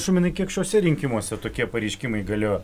šuminai kiek šiuose rinkimuose tokie pareiškimai galėjo